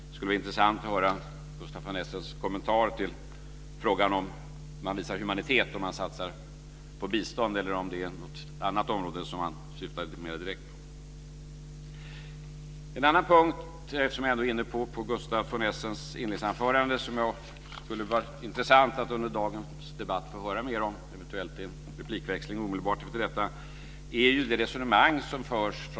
Det skulle vara intressant att höra Gustaf von Essens kommentar till frågan om man visar humanitet om man satsar på bistånd eller om det är något annat område som han syftar lite mer direkt på. Eftersom jag ändå är inne på Gustaf von Essens inledningsanförande vill jag ta upp en annan punkt som det skulle vara intressant att få höra mer om under dagens debatt, eventuellt i en replikväxling omedelbart efter detta. Det gäller ett resonemang som han för.